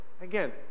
Again